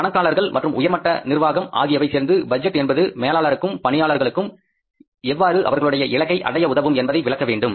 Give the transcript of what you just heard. கணக்காளர்கள் மற்றும் உயர்மட்ட நிர்வாகம் ஆகியவை சேர்ந்து பட்ஜெட் என்பது மேலாளர்களுக்கும் பணியாளர்களுக்கும் எவ்வாறு அவர்களுடைய இலக்கை அடைய உதவும் என்பதை விளக்க வேண்டும்